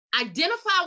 identify